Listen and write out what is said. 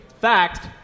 fact